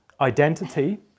identity